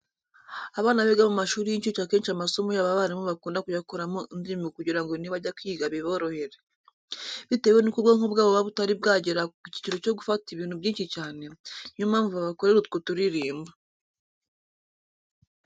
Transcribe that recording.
Abana biga mu mashuri y'incuke akenshi amasomo yabo abarimu bakunda kuyakoramo indirimbo kugira ngo nibajya kwiga biborohere. Bitewe nuko ubwonko bwabo buba butari bwagera ku kigero cyo gufata ibintu byinshi cyane, ni yo mpamvu babakorera utwo turirimbo.